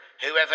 whoever